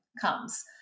comes